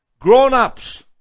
grown-ups